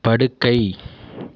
படுக்கை